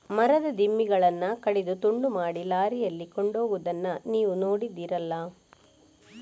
ಮರದ ದಿಮ್ಮಿಗಳನ್ನ ಕಡಿದು ತುಂಡು ಮಾಡಿ ಲಾರಿಯಲ್ಲಿ ಕೊಂಡೋಗುದನ್ನ ನೀವು ನೋಡಿದ್ದೀರಲ್ಲ